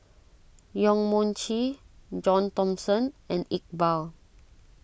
Yong Mun Chee John Thomson and Iqbal